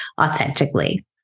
authentically